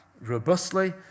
robustly